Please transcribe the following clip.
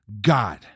God